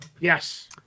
Yes